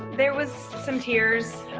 there was some tears.